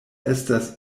estas